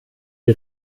die